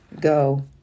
go